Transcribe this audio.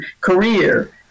career